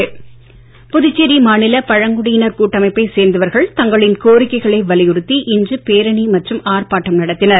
புதுச்சேரி பழங்குடியினர் புதுச்சேரி மாநில பழங்குடியினர் கூட்டமைப்பைச் சேர்ந்தவர்கள் தங்களின் கோரிக்கைகளை வலியுறுத்தி இன்று பேரணி மற்றும் ஆர்ப்பாட்டம் நடத்தினர்